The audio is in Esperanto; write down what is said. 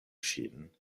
ŝin